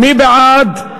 מי בעד?